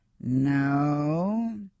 no